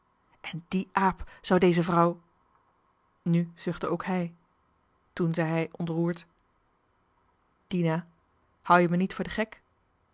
en die aap zou deze vrouw nu zuchtte ook hij toen zei hij ontroerd dina hou je me niet voor de gek